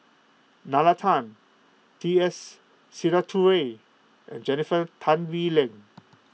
Nalla Tan T S Sinnathuray and Jennifer Tan Bee Leng